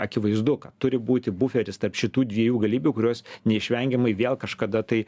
akivaizdu kad turi būti buferis tarp šitų dviejų galybių kurios neišvengiamai vėl kažkada tai